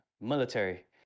Military